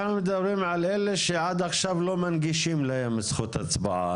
אנחנו מדברים על אלה שעד עכשיו לא מנגישים להם זכות הצבעה,